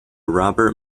robert